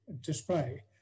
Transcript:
display